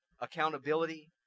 accountability